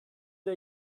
der